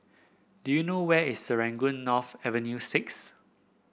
do you know where is Serangoon North Avenue Six